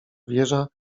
wieża